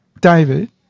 David